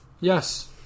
Yes